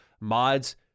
mods